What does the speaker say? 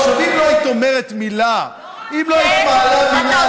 אין גבול?